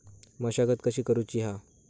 मशागत कशी करूची हा?